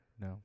no